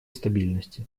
стабильности